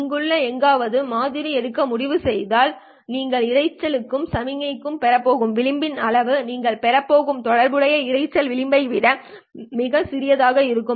இங்குள்ள எங்காவது மாதிரி எடுக்க முடிவு செய்தால் நீங்கள் இரைச்சலுக்கு சமிக்ஞையுடன் பெறப் போகும் விளிம்பின் அளவு நீங்கள் பெறப் போகும் தொடர்புடைய இரைச்சல் விளிம்பை விட மிகச் சிறியது ஆகும்